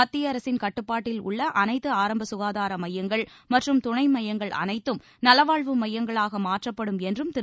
மத்திய அரசின் கட்டுப்பாட்டில் உள்ள அனைத்து ஆரம்ப ககாதார மையங்கள் மற்றும் துணை மையங்கள் அனைத்தும் நலவாழ்வு மையங்களாக மாற்றப்படும் என்றும் திரு